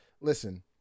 listen